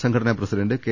സംഘടനാ president K